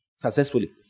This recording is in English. Successfully